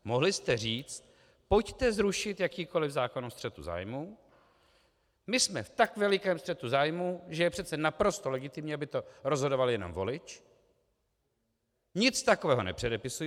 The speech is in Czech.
Mohli jste říct: pojďte zrušit jakýkoliv zákon o střetu zájmů, my jsme v tak velikém střetu zájmů, že je přece naprosto legitimní, aby to rozhodoval jenom volič, nic takového nepředepisujme.